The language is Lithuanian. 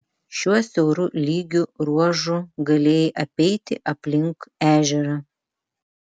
šiuo siauru lygiu ruožu galėjai apeiti aplink ežerą